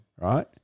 Right